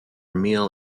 meal